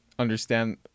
understand